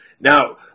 Now